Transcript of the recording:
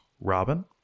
robin